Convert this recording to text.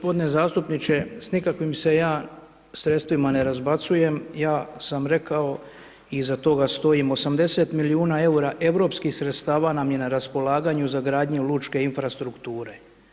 Poštovani g. zastupniče s nikakvim se ja sredstvima ne razbacujem, ja sam rekao i iza toga stojim 80 milijuna eura europskih sredstava vam je na raspolaganju za gradnje lučke infrastrukture.